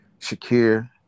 Shakir